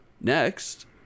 Next